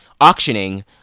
auctioning